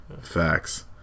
Facts